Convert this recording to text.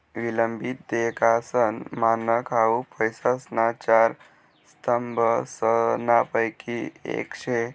विलंबित देयकासनं मानक हाउ पैसासना चार स्तंभसनापैकी येक शे